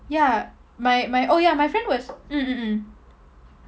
ya my my oh ya my friend was mm mm mm